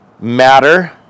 matter